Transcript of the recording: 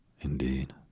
indeed